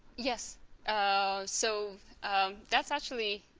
yes um so that's actually.